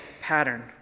pattern